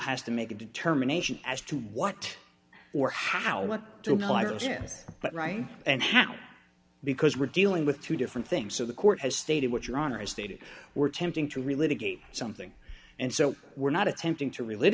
has to make a determination as to what or how what to hire him but right and how because we're dealing with two different things so the court has stated what your honor as they were tempting to relive again something and so we're not attempting to relive